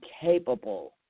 capable